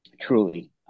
truly